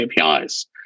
APIs